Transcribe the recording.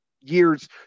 years